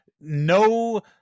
no